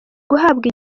guhabwa